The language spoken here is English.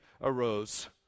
arose